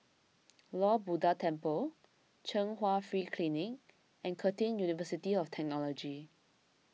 Lord Buddha Temple Chung Hwa Free Clinic and Curtin University of Technology